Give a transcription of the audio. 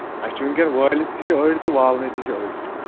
اَسہِ چھِ وٕنۍکٮ۪ن وٲلِتھ تہِ چھِ أڑۍ تہٕ والنَے تہِ چھِ أڑۍ